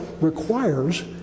requires